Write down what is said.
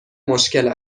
مشکل